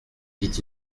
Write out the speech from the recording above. dit